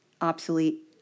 obsolete